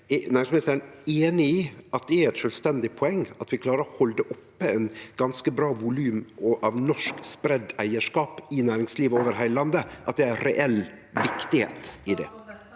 næringsministeren einig i at det er eit sjølvstendig poeng at vi klarer å halde oppe eit ganske bra volum av norskspreidd eigarskap i næringslivet over heile landet – at det reelt er viktig?